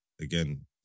again